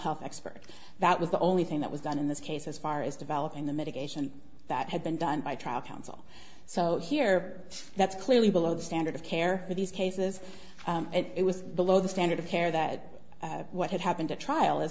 health expert that was the only thing that was done in this case as far as developing the mitigation that had been done by trial counsel so here that's clearly below the standard of care for these cases it was below the standard of care that what had happened a trial as